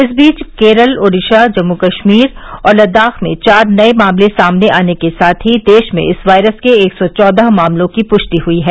इस बीच केरल ओडिसा जम्मू कश्मीर और लद्दाख में चार नए मामले सामने आने के साथ ही देश में इस वायरस के एक सौ चौदह मामलों की प्रष्टि हई है